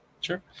Sure